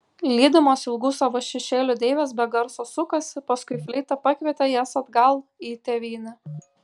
lydimos ilgų savo šešėlių deivės be garso sukosi paskui fleita pakvietė jas atgal į tėvynę